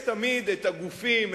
יש תמיד גופים,